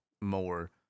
more